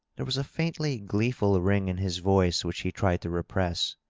there was a faintly gleeful ring in his voice which he tried to repress.